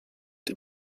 die